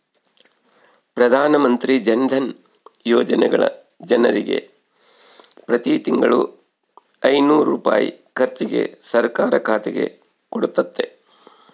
ಪ್ರಧಾನಮಂತ್ರಿ ಜನಧನ ಯೋಜನೆಗ ಜನರಿಗೆ ಪ್ರತಿ ತಿಂಗಳು ಐನೂರು ರೂಪಾಯಿ ಖರ್ಚಿಗೆ ಸರ್ಕಾರ ಖಾತೆಗೆ ಕೊಡುತ್ತತೆ